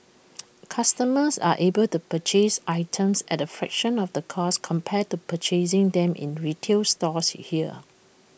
customers are able to purchase items at A fraction of the cost compared to purchasing them in retail stores here